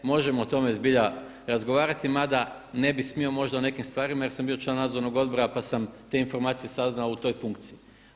Možemo o tome zbilja razgovarati, mada ne bih smio možda o nekim stvarima jer sam bio član Nadzornog odbora pa sam te informacije saznao u toj funkciji.